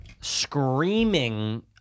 screaming